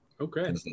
Okay